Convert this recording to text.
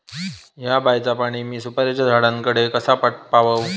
हया बायचा पाणी मी सुपारीच्या झाडान कडे कसा पावाव?